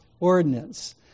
ordinance